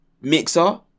Mixer